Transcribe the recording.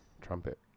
trumpet